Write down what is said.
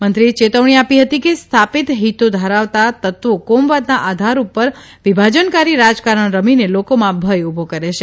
મંત્રીએ ચેતવણી આપી હતી કે સ્થાપિત હિતો ધરાવતા તત્વો કોમવાદના આધાર ઉપર વિભાજનકારી રાજકારણ રમીને લોકોમાં ભય ઉભો કરે છે